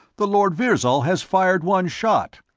the lord virzal has fired one shot,